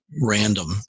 random